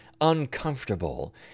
uncomfortable